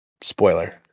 spoiler